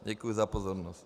Děkuji za pozornost.